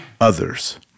others